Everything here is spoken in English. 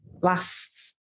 last